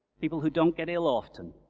people who don't get ill often,